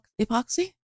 Epoxy